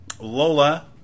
Lola